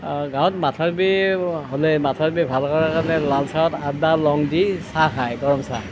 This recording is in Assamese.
হয় গাঁৱত মাথাৰ বিষ হ'লে মাথাৰ বিষ ভাল কৰাৰ কাৰণে লালচাহত আদা লং দি চাহ খায় গৰম চাহ